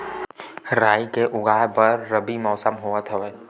राई के उगाए बर रबी मौसम होवत हवय?